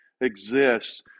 exists